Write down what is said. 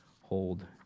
hold